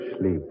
sleep